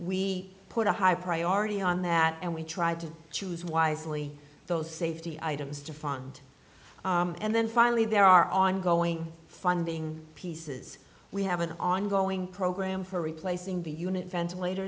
we put a high priority on that and we tried to choose wisely those safety items to fund and then finally there are ongoing funding pieces we have an ongoing program for replacing the unit ventilator